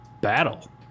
battle